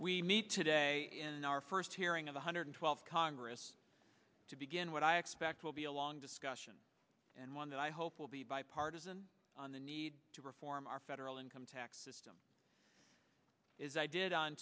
we need today in our first during a one hundred twelfth congress to begin what i expect will be a long discussion and one that i hope will be bipartisan on the need to reform our federal income tax system is i did on